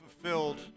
fulfilled